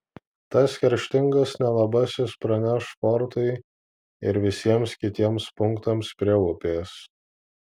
tas kerštingas nelabasis praneš fortui ir visiems kitiems punktams prie upės